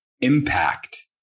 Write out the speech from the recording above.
impact